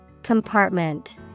Compartment